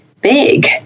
big